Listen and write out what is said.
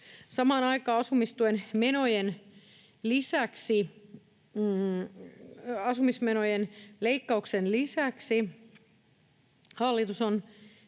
Samaan aikaan asumismenojen leikkauksen lisäksi hallitus on